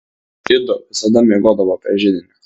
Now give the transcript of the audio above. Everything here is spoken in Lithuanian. ido visada miegodavo prie židinio